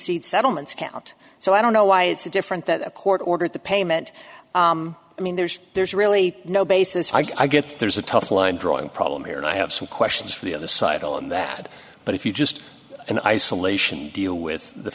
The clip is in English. concede settlements count so i don't know why it's a different than a court ordered the payment i mean there's there's really no basis i guess there's a tough line drawing problem here and i have some questions for the other side on that but if you just in isolation deal with the